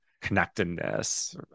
connectedness